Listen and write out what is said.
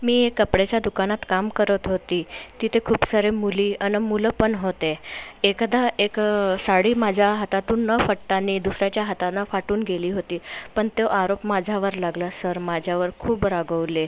मी एक कपड्याच्या दुकानात काम करत होती तिथे खूप सारे मुली अन मुलं पण होते एकदा एक साडी माझ्या हातातून न फटतानी दुसऱ्याच्या हातानं फाटून गेली होती पण तो आरोप माझ्यावर लागला सर माझ्यावर खूप रागावले